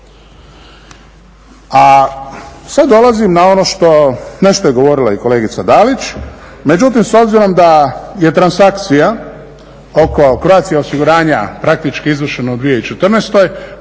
A sad dolazim na ono što nešto je govorila i kolegica Dalić, međutim s obzirom da je transakcija oko Croatia osiguranja praktički izvršena u 2014.